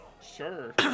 Sure